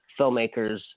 filmmakers